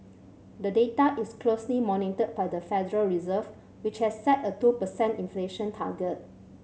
the data is closely monitored by the Federal Reserve which has set a two per cent inflation target